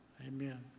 amen